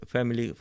Family